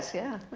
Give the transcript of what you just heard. yeah.